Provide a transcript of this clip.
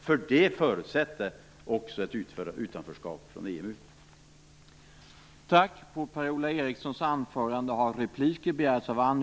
Men det förutsätter också ett utanförskap när det gäller EMU.